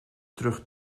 terug